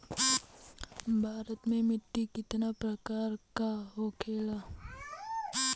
भारत में मिट्टी कितने प्रकार का होखे ला?